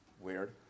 weird